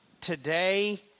today